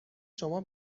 شما